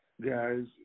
guys